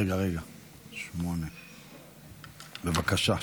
רגע, בבקשה.